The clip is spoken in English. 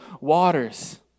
waters